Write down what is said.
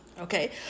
Okay